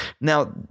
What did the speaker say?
Now